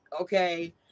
okay